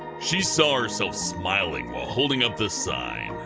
she saw herself smiling while holding up the sign,